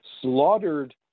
slaughtered